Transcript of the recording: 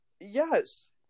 Yes